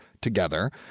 together